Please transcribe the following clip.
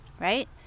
right